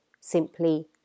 simply